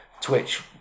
twitch